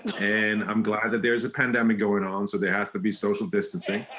and i'm glad that there's a pandemic going on, so there has to be social distancing,